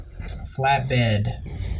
flatbed